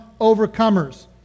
overcomers